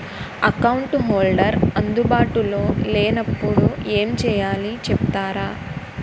Account holder అందు బాటులో లే నప్పుడు ఎం చేయాలి చెప్తారా?